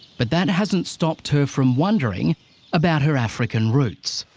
but that hasn't stopped her from wondering about her african roots.